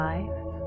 Life